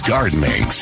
Gardening